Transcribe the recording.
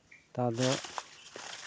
ᱱᱮᱛᱟᱨ ᱫᱚ